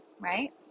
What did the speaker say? right